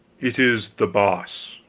it is the boss.